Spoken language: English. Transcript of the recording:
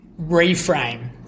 reframe